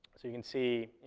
so you can see,